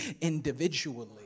individually